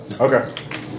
Okay